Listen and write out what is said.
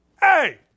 Hey